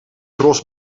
tros